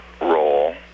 role